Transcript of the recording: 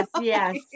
yes